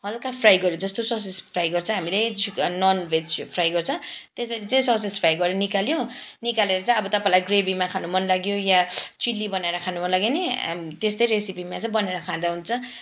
हलका फ्राई गऱ्यो जस्तो ससेज फ्राई गर्छ हामीले नन भेज फ्राई गर्छ त्यसरी चाहिँ ससेज फ्राई गरेर निकाल्यो निकालेर चाहिँ अब तपाईँलाई ग्रेभीमा खानु मन लाग्यो या चिली बनाएर खानु मन लाग्यो भने त्यस्तै रेसिपीमा चाहिँ बनाएर खाँदा हुन्छ